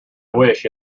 wish